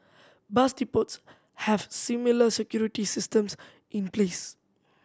bus depots have similar security systems in place